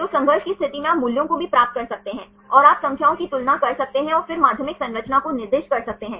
तो संघर्ष की स्थिति में आप मूल्यों को भी प्राप्त कर सकते हैं और आप संख्याओं की तुलना कर सकते हैं और फिर माध्यमिक संरचना को निर्दिष्ट कर सकते हैं